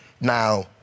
Now